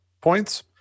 points